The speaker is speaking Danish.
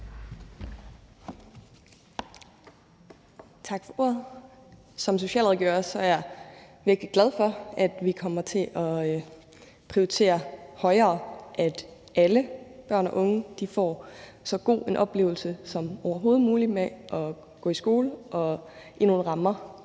Tak for ordet. Som socialrådgiver er jeg virkelig glad for, at vi kommer til at prioritere højere, at alle børn og unge får så god en oplevelse som overhovedet muligt med at gå i skole, og at det sker